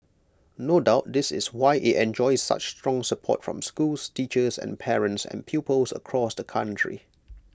no doubt this is why IT enjoys such strong support from schools teachers and parents and pupils across the country